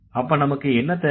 அப்ப நமக்கு என்ன தேவை